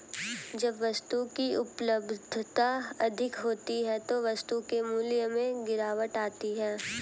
जब वस्तु की उपलब्धता अधिक होती है तो वस्तु के मूल्य में गिरावट आती है